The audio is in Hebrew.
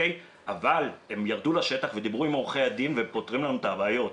אבל הם ירדו לשטח ודיברו עם עורכי הדין והם פותרים את הבעיות.